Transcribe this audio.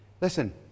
Listen